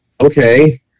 Okay